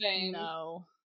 No